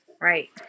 Right